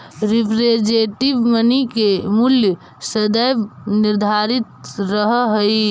representative money के मूल्य सदैव निर्धारित रहऽ हई